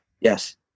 Yes